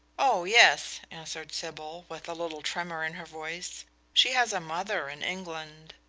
oh, yes, answered sybil, with a little tremor in her voice she has a mother in england.